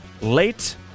late